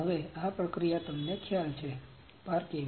હવે આ પ્રક્રિયા તમને ખ્યાલ છે પાર્કિંગ